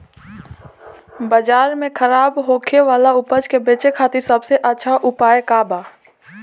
बाजार में खराब होखे वाला उपज के बेचे खातिर सबसे अच्छा उपाय का बा?